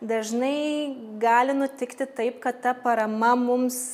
dažnai gali nutikti taip kad ta parama mums